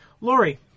Lori